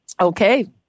Okay